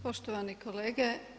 Poštovani kolege.